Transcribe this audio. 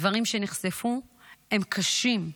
הדברים שנחשפו הם קשים.